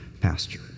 pasture